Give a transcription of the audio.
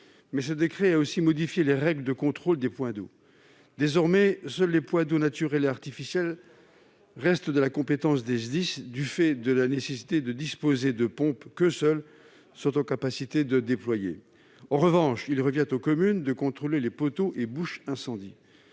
mais il a aussi modifié les règles de contrôle des points d'eau. Désormais, seuls les points d'eau naturels et artificiels restent de la compétence des SDIS, du fait de la nécessité de disposer de pompes qu'eux seuls sont en capacité de déployer. En revanche, il revient aux communes de contrôler les poteaux et bouches d'incendie.